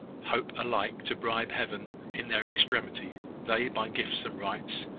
hope alike to bribe heaven in their extremity they by gifts and rites,